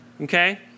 okay